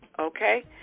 Okay